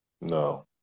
No